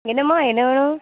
என்னம்மா என்ன வேணும்